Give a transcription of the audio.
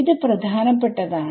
ഇത് പ്രധാനപ്പെട്ടതാണ്